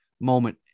moment